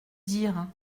dire